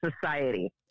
society